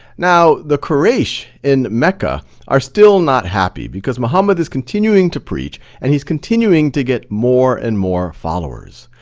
now the quraysh in mecca are still not happy. because muhammed is continuing to preach, and he's continuing to get more and more followers.